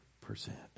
percent